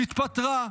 היא התפטרה.